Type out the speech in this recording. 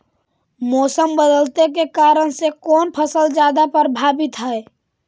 मोसम बदलते के कारन से कोन फसल ज्यादा प्रभाबीत हय?